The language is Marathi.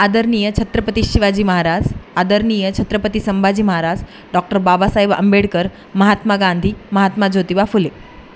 आदरणीय छत्रपती शिवाजी महाराज आदरणीय छत्रपती संभाजी महाराज डॉक्टर बाबासाहेब आंबेडकर महात्मा गांधी महात्मा ज्योतिबा फुले